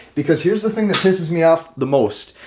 because here's the thing that pisses me off the most.